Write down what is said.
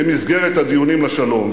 במסגרת הדיונים לשלום.